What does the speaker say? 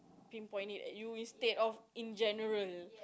pinpoint it at you instead of in general